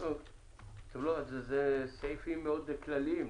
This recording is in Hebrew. אלה סעיפים מאוד כלליים,